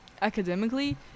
academically